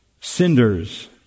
cinders